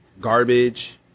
garbage